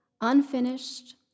unfinished